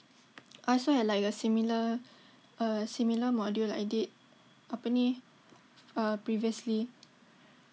I also had like a similar a similar module I did apa ni uh previously